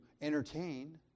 entertain